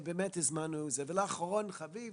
ואחרון חביב,